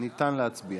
ניתן להצביע.